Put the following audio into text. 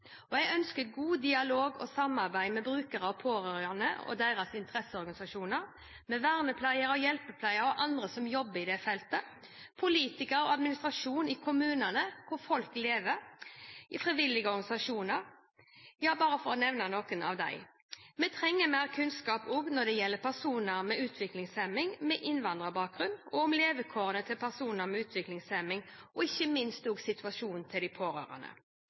Jeg ønsker en god dialog og samarbeid med brukere og pårørende og deres interesseorganisasjoner vernepleiere, hjelpepleiere og andre som jobber på feltet politikere og administrasjon i kommunene, hvor folk lever frivillige organisasjoner, bare for å nevne noen. Vi trenger mer kunnskap også når det gjelder personer med utviklingshemning med innvandrerbakgrunn, om levekårene til personer med utviklingshemning og ikke minst situasjonen for de pårørende.